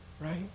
Right